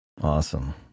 awesome